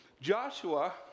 joshua